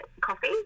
coffee